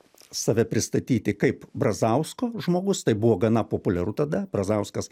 save pristatyti kaip brazausko žmogus tai buvo gana populiaru tada brazauskas